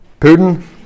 Putin